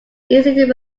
easily